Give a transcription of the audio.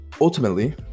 ultimately